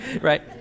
Right